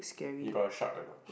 you got a shock or not